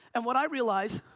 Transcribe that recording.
and what i realize,